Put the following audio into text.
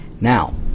Now